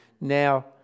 Now